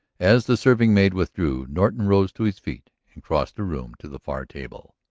as the serving-maid withdrew norton rose to his feet and crossed the room to the far table.